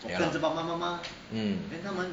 ya